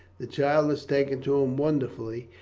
the child has taken to him wonderfully,